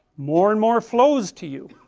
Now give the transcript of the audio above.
more and more flows to you,